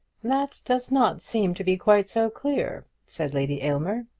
that does not seem to be quite so clear, said lady aylmer,